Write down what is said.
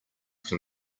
can